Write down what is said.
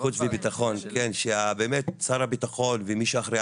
חוץ וביטחון שבאמת שר הביטחון ומי שאחראי